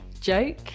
joke